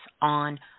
on